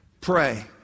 Pray